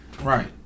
Right